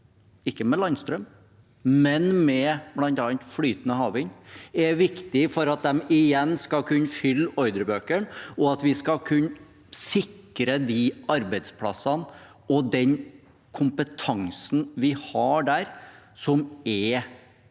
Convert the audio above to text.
ikke med landstrøm, men med bl.a. flytende havvind, er viktig for at de igjen skal kunne fylle ordrebøkene, og at vi skal kunne sikre de arbeidsplassene og den kompetansen vi har der, som er ledende